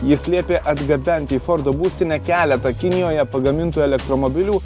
jis liepė atgabenti į fordo būstinę keletą kinijoje pagamintų elektromobilių